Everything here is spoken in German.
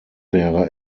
wäre